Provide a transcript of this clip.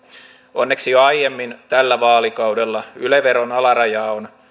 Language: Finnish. onneksi jo aiemmin tällä vaalikaudella yle veron alarajaa on